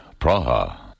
Praha